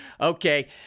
okay